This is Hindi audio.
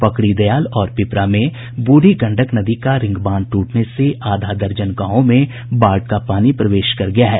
पकड़ी दयाल और पिपरा में ब्रढ़ी गंडक नदी का रिंग बांध ट्रटने से आधा दर्जन गांवों में बाढ़ का पानी प्रवेश कर गया है